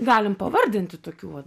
galim pavardinti tokių